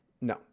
No